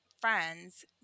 friends